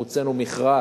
אנחנו הוצאנו מכרז